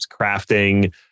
crafting